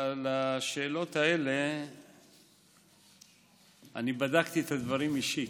בשאלות האלה בדקתי את הדברים אישית.